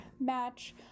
match